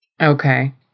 Okay